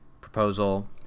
proposal